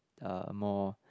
uh more